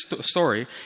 story